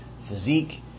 physique